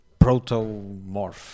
Proto-morph